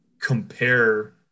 compare